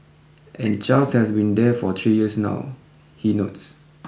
and Charles has been there for three years now he notes